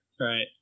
right